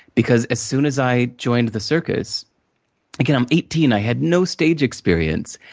because as soon as i joined the circus like and i'm eighteen, i have no stage experience,